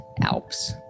alps